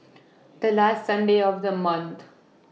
The last Sunday of The month